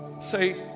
say